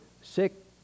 sick